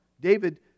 David